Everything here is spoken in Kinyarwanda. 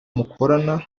mukorana